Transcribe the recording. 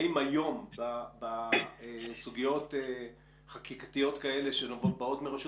האם היום בסוגיות חקיקתיות כאלה שבאות מרשות